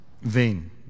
vain